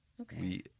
Okay